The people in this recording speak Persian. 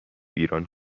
ایران